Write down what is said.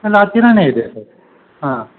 ಇಲ್ಲ ಹತ್ತಿರನೇ ಇದೆ ಸರ್ ಹಾಂ